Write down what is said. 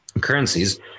currencies